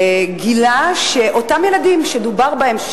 גילה שאותם ילדים שדובר בהם,